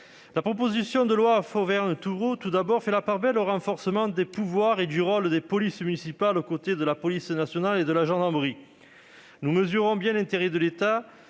La proposition de loi Fauvergue-Thourot fait tout d'abord la part belle au renforcement des pouvoirs et du rôle des polices municipales, aux côtés de la police nationale et de la gendarmerie. Nous mesurons bien l'intérêt qu'a l'État,